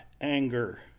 anger